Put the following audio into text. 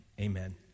Amen